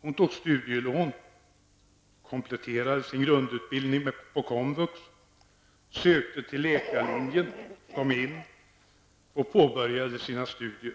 Hon tog studielån, kompletterade sin grundutbildning på komvux, sökte till läkarlinjen, kom in och påbörjade sina studier.